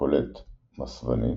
קולט מסוונית.